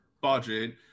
budget